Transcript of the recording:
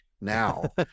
now